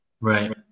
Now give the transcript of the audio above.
Right